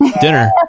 dinner